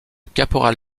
caporal